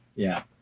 yeah.